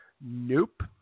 Nope